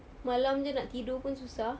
malam jer nak tidur pun susah